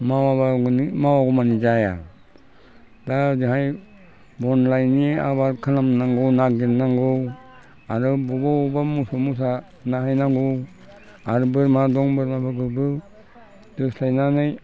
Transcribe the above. मावाबा माने मावागौमानि जाया दा ओजोंहाय आबाद खालामनांगौ नागिरनांगौ आरो बबावबा मोसौ मोसा नायहैनांगौ आरो बोरमा दं बोरमाफोरखौबो दोस्लायनानै